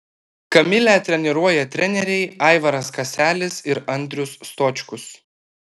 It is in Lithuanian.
kamilę treniruoja treneriai aivaras kaselis ir andrius stočkus